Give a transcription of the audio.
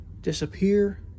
disappear